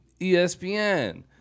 ESPN